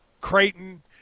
Creighton